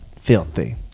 filthy